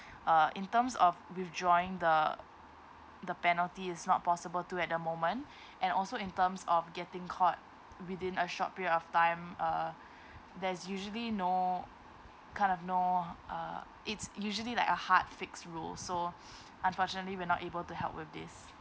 uh in terms of withdrawing the the penalty is not possible too at the moment and also in terms of getting caught within a short period of time uh there's usually no kind of no uh it's usually like a hard fixed rule so unfortunately we're not able to help with this